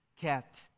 kept